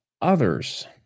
others